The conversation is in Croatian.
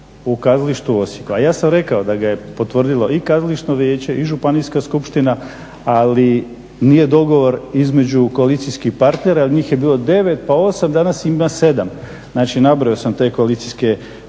u kazalištu Osijek, a ja sam rekao da ga je potvrdilo i kazališno vijeće i županijska skupština, ali nije dogovor između koalicijskih partnera jer njih je bilo 9 pa 8, danas ih ima 7. Znači, nabrojao sam te koalicijske